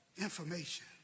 information